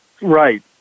Right